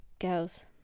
girls